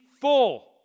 full